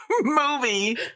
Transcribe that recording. movie